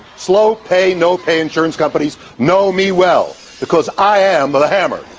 slow-pay, no-pay insurance companies know me well because i am the hammer.